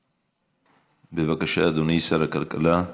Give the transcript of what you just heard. בבקשה, אדוני שר הכלכלה.